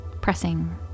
pressing